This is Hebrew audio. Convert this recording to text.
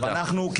ואנחנו,